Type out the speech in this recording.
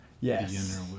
yes